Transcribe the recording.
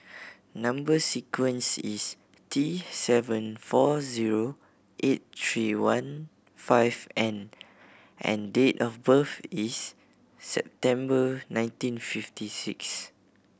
number sequence is T seven four zero eight three one five N and date of birth is September nineteen fifty six